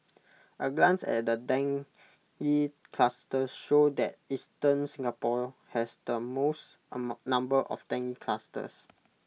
A glance at the dengue clusters show that eastern Singapore has the most number of dengue clusters